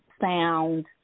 sound